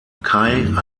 kai